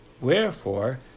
Wherefore